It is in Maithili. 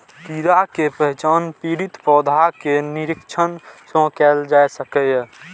कीड़ा के पहचान पीड़ित पौधा के निरीक्षण सं कैल जा सकैए